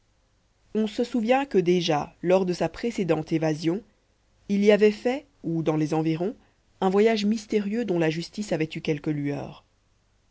on se souvient que déjà lors de sa précédente évasion il y avait fait ou dans les environs un voyage mystérieux dont la justice avait eu quelque lueur